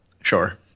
Sure